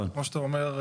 כמו שאתה אומר,